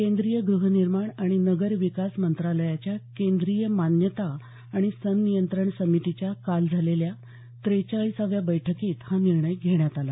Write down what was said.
केंद्रीय गृह निर्माण आणि नगर विकास मंत्रालयाच्या केंद्रीय मान्यता आणि संनियंत्रण समितीच्या काल झालेल्या त्रेचाळीसाव्या बैठकीत हा निर्णय घेण्यात आला